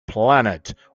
planet